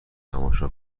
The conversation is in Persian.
تماشا